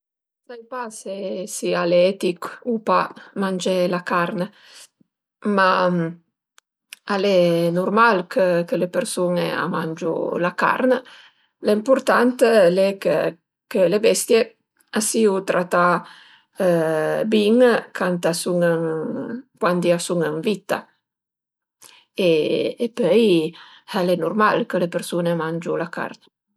Sai pa se al e etich o pa mangé la carn, ma al e nurmal chë chë le persun-e a mangiu la carn. L'ëmpurtant al e chë le bestie a siu tratà bin cant a sun cuandi a sun ën vitta e pöi al e nurmal chë le persun-e a mangiu la carn